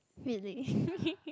really